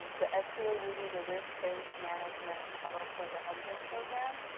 the sba uses a risk-based management model for the hubzone program.